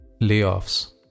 layoffs